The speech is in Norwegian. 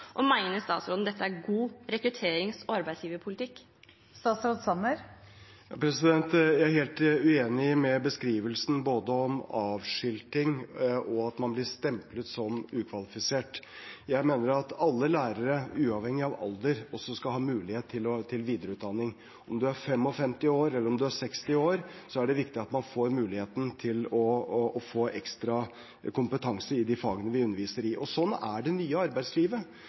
Og mener statsråden dette er god rekrutterings- og arbeidsgiverpolitikk? Jeg er helt uenig i beskrivelsen både om avskilting og at man blir stemplet som ukvalifisert. Jeg mener at alle lærere uavhengig av alder også skal ha mulighet til videreutdanning. Om du er 55 år, eller om du er 60 år, er det viktig at man får muligheten til å få ekstra kompetanse i de fagene man underviser i. Sånn er det nye arbeidslivet: